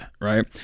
right